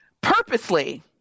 purposely